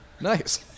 Nice